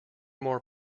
more